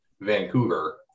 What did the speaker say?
Vancouver